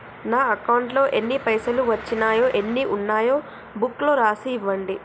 నా అకౌంట్లో ఎన్ని పైసలు వచ్చినాయో ఎన్ని ఉన్నాయో బుక్ లో రాసి ఇవ్వండి?